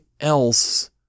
else